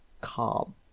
calm